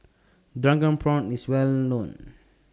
Drunken Prawns IS Well known